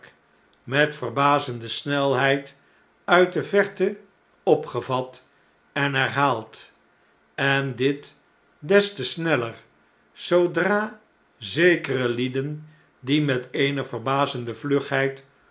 met verbazende snelheid uit de verte opgevat en herhaald en dit des te sneller zoodra zekere lieden die met eene verbazende